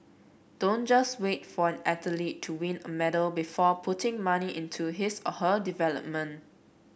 don't just wait for an athlete to win a medal before putting money into his or her development